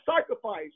sacrifice